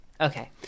Okay